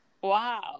Wow